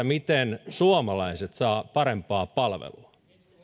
miten suomalaiset saavat parempaa palvelua